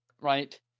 right